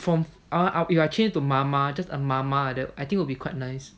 from I want if I change it to mama just a mama like that I think will be quite nice